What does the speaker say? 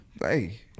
Hey